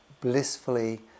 blissfully